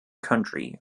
country